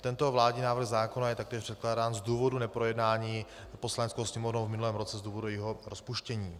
Tento vládní návrh zákona je taktéž předkládán z důvodu neprojednání Poslaneckou sněmovnou v minulém roce z důvodu jejího rozpuštění.